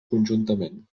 conjuntament